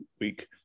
week